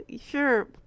sure